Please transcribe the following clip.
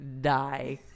die